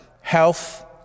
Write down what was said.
health